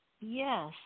Yes